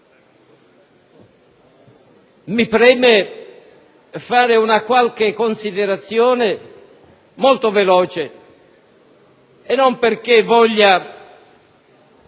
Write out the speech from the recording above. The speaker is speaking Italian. Mi preme fare una qualche considerazione molto veloce, e non perché voglia